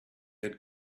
had